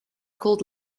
called